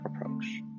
approach